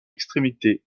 extrémité